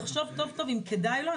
הוא יחשוב טוב-טוב אם כדאי לו.